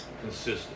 consistent